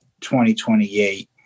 2028